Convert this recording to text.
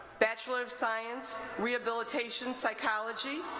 bachelor of science rehabilitation psychology